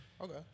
Okay